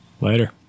Later